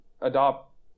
adopt